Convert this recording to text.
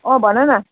अँ भन न